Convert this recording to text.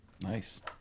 Nice